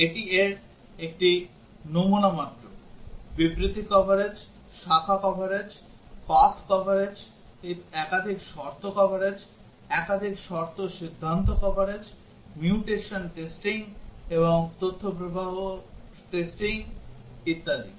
এটি এর একটি নমুনা মাত্র বিবৃতি কভারেজ শাখা কভারেজ পাথ কভারেজ একাধিক শর্ত কভারেজ একাধিক শর্ত সিদ্ধান্ত কভারেজ মিউটেশন টেস্টিং এবং তথ্য প্রবাহ টেস্টিং ইত্যাদি